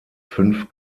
fünf